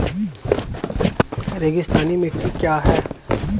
रेगिस्तानी मिट्टी क्या है?